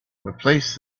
replace